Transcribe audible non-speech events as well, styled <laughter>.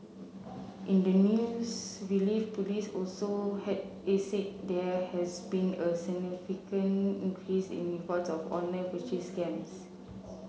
in the news release police also <unintelligible> said there has been a significant increase in report of online purchase scams